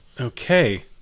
Okay